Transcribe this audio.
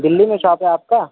دہلی میں شاپ ہے آپ کا